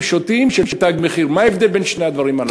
שוטים" של "תג מחיר" מה ההבדל בין שני הדברים הללו?